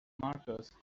markers